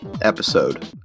episode